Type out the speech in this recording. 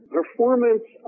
performance